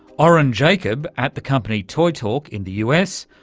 oren jacob at the company toytalk in the us,